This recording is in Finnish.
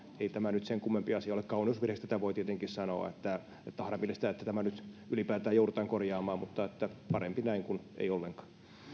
ei tämä nyt sen kummempi asia ole kauneusvirheeksi tätä voi tietenkin sanoa ja on harmillista että tämä nyt ylipäätään joudutaan korjaamaan mutta parempi näin kuin ei ollenkaan